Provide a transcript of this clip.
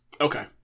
Okay